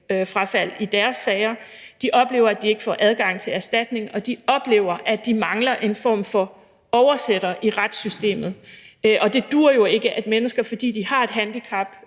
tiltalefrafald i deres sager. De oplever, at de ikke får adgang til erstatning, og de oplever, at de mangler en form for oversættere i retssystemet. Og det duer jo ikke, at mennesker, fordi de har et handicap,